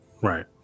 right